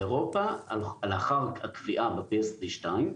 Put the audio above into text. באירופה לאחר הקביעה ב psp2,